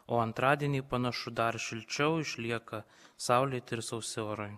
o antradienį panašu dar šilčiau išlieka saulėti ir sausi orai